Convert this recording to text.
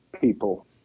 people